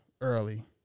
early